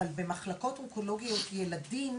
אבל במחלקות אונקולוגיות ילדים,